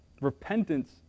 Repentance